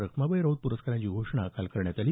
रखमाबाई राऊत पुरस्कारांची घोषणा काल करण्यात आली